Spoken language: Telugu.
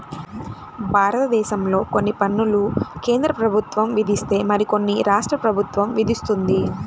భారతదేశంలో కొన్ని పన్నులు కేంద్ర ప్రభుత్వం విధిస్తే మరికొన్ని రాష్ట్ర ప్రభుత్వం విధిస్తుంది